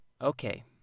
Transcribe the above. Okay